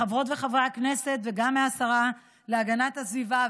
מחברות וחברי הכנסת וגם מהשרה להגנת הסביבה,